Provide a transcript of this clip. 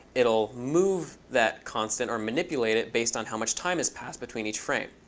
it'll move that constant or manipulate it based on how much time has passed between each frame.